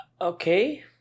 Okay